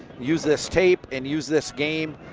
use this tape and use this game,